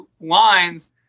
lines